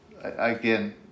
again